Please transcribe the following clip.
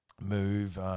move